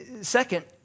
second